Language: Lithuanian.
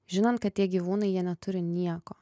žinant kad tie gyvūnai jie neturi nieko